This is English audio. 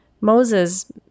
Moses